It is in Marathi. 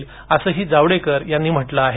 तसंच असंही जावडेकर यांनी म्हटलं आहे